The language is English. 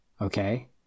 Okay